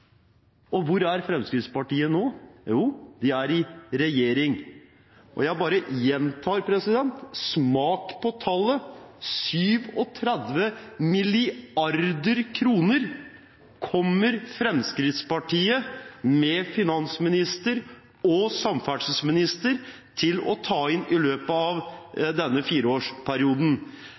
år. Hvor er Fremskrittspartiet nå? Jo, de er i regjering. Jeg bare gjentar – smak på tallet: 37 mrd. kr kommer Fremskrittspartiet, med finansminister og samferdselsminister, til å ta inn i løpet av denne fireårsperioden.